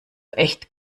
echt